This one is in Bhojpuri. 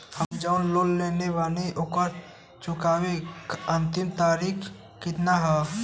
हम जवन लोन लेले बानी ओकरा के चुकावे अंतिम तारीख कितना हैं?